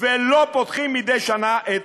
ולא פותחות מדי שנה את